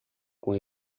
com